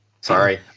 Sorry